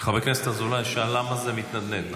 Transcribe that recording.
חבר הכנסת אזולאי שאל למה זה מתנדנד?